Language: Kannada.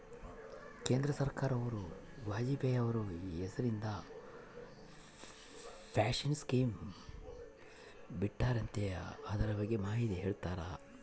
ಕೇಂದ್ರ ಸರ್ಕಾರದವರು ವಾಜಪೇಯಿ ಅವರ ಹೆಸರಿಂದ ಪೆನ್ಶನ್ ಸ್ಕೇಮ್ ಬಿಟ್ಟಾರಂತೆ ಅದರ ಬಗ್ಗೆ ಮಾಹಿತಿ ಹೇಳ್ತೇರಾ?